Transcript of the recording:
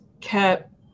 kept